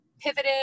pivoted